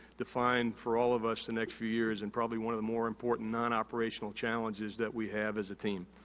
define for all of us the next few years and probably one of the more important non-operational challenges that we have as a team.